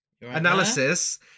analysis